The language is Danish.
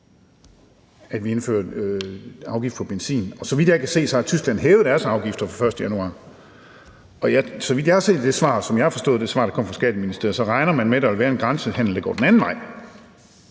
at vi indfører en afgift på benzin. Så vidt jeg kan se, har Tyskland hævet deres afgifter fra den 1. januar 2020, og så vidt jeg kunnet se på det svar, og som jeg har forstået det på det svar, der kom fra skatteministeren, så regner man med, at der vil være en grænsehandel, der går den anden vej,